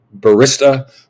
barista